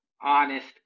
honest